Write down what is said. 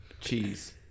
cheese